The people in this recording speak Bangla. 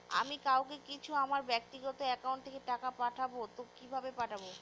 আমি কাউকে কিছু আমার ব্যাক্তিগত একাউন্ট থেকে টাকা পাঠাবো তো কিভাবে পাঠাবো?